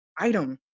item